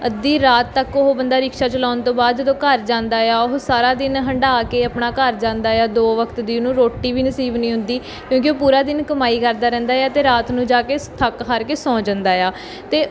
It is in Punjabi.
ਅੱਧੀ ਰਾਤ ਤੱਕ ਉਹ ਬੰਦਾ ਰਿਕਸ਼ਾ ਚਲਾਉਣ ਤੋਂ ਬਾਅਦ ਜਦੋਂ ਘਰ ਜਾਂਦਾ ਏ ਆ ਉਹ ਸਾਰਾ ਦਿਨ ਹੰਢਾਅ ਕੇ ਆਪਣਾ ਘਰ ਜਾਂਦਾ ਏ ਆ ਦੋ ਵਕਤ ਦੀ ਉਹਨੂੰ ਰੋਟੀ ਵੀ ਨਸੀਬ ਨਹੀਂ ਹੁੰਦੀ ਕਿਉਂਕਿ ਉਹ ਪੂਰਾ ਦਿਨ ਕਮਾਈ ਕਰਦਾ ਰਹਿੰਦਾ ਏ ਆ ਅਤੇ ਰਾਤ ਨੂੰ ਜਾ ਕੇ ਥੱਕ ਹਾਰ ਕੇ ਸੌ ਜਾਂਦਾ ਆ ਅਤੇ